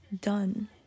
done